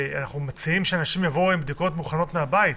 אנחנו מציעים שאנשים יבואו עם בדיקות מוכנות מהבית.